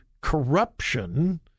corruption